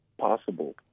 possible